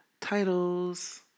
titles